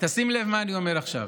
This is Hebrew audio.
תשים לב למה שאני אומר עכשיו.